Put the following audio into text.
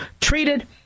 treated